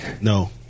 No